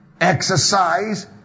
exercise